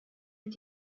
mit